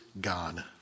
God